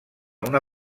una